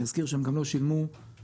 אני אזכיר שהם גם לא שילמו ארנונה,